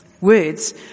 words